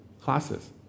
classes